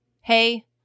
Hey